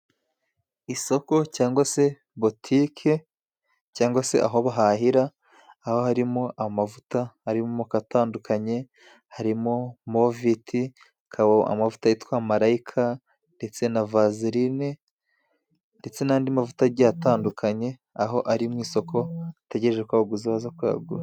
Isoko cyangwa se butike cyangwa se aho bahahira aho harimo amavuta arimo amoko atandukanye harimo: moviti, amavuta yitwa marayika, ndetse na vazerine ndetse n'andi mavuta agiye atandukanye, aho ari mu isoko ategereje ko abaguzi baza kuyagura.